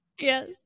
Yes